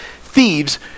Thieves